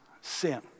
sin